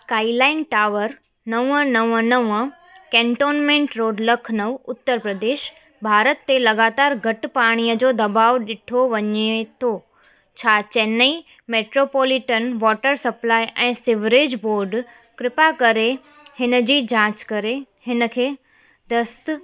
skyline tower नवं नवं नवं केंटोंन्मेंट रोड लखनऊ उतर प्रदेश भारत ते लॻातारि घटि पाणीअ जो दॿाओ ॾिठो वञे थो छा चेन्नई मैट्रोपोलीटन वॉटर सप्लाइ ऐं सिविरेज बोर्ड कृपा करे हिनजी जांचु करे हिन खे दस्तु